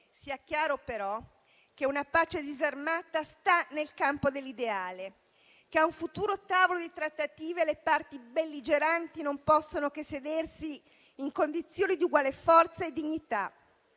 Sia chiaro, però, che una pace disarmata sta nel campo dell'ideale e che a un futuro tavolo di trattative le parti belligeranti non possono che sedersi in condizioni di uguale forza e dignità.